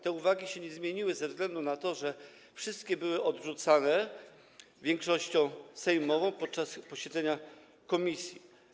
Te uwagi się nie zmieniły ze względu na to, że wszystkie były odrzucane większością sejmową podczas posiedzenia komisji.